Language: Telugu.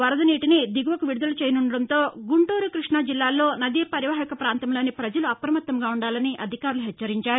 వరద నీటిని దిగువకు విడుదల చేయనుందటంతో గుంటూరు కృష్ణ జిల్లాల్లో నదీ పరివాహక ప్రాంతంలో ప్రజలు అప్రమత్తంగా ఉండాలని అధికారులు హెచ్చరించారు